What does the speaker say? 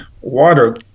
water